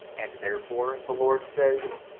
and therefore the lord says,